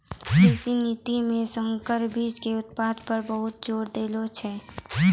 कृषि नीति मॅ संकर बीच के उत्पादन पर बहुत जोर देने छै